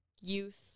youth